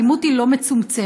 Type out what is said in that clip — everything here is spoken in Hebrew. האלימות היא לא מצומצמת.